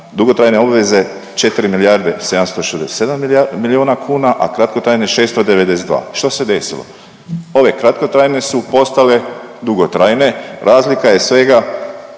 dugotrajne obveze 4 milijarde 767 milijuna kuna, a kratkotrajne 692. što se desilo? Ove kratkotrajne su postale dugotrajne. Razlika je svega